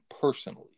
personally